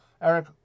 Eric